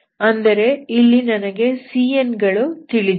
ಅಂದರೆ ಇಲ್ಲಿ ನನಗೆ cn ಗಳು ತಿಳಿದಿವೆ